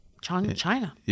China